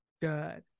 good